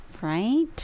right